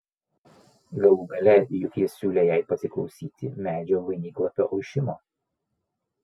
galų gale juk jis siūlė jai pasiklausyti medžio vainiklapių ošimo